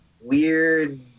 weird